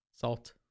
salt